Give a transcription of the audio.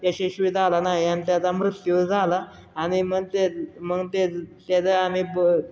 यशश्वी झाला नाही आणि त्याचा मृत्यू झाला आणि मग ते मग ते त्याच आम्ही ब